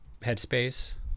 headspace